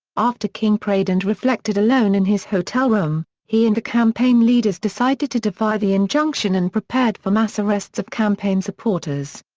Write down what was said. after king prayed and reflected alone in his hotel room, he and the campaign leaders decided to defy the injunction and prepared for mass arrests of campaign supporters.